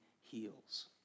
heals